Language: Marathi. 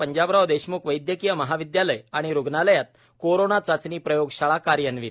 पंजाबराव देशम्ख वैद्यकीय महाविद्यालय आणि रुग्णालयात कोरोना चाचणी प्रयोगशाळा कार्यान्वित